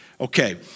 Okay